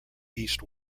east